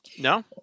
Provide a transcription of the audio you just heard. no